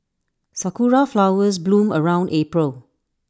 Sakura Flowers bloom around April